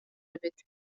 эбит